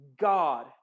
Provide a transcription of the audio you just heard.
God